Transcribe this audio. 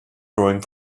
growing